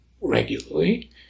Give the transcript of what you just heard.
regularly